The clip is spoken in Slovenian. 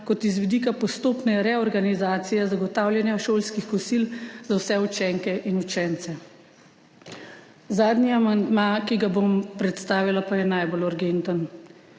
kot z vidika postopne reorganizacije zagotavljanja šolskih kosil za vse učenke in učence. Zadnji amandma, ki ga bom predstavila, pa je najbolj urgenten.